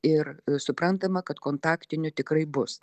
ir suprantama kad kontaktinių tikrai bus